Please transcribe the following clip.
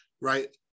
right